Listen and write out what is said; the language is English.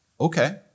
Okay